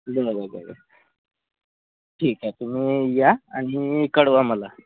कधी येणार मग पाहायला ठीक आहे तुम्ही या आणि कळवा मला